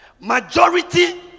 Majority